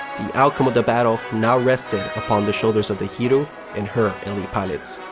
the outcome of the battle now rested upon the shoulders of the hiryu and her elite pilots.